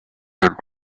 and